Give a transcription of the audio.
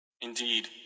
Indeed